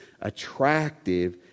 attractive